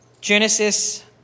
Genesis